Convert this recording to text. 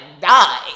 die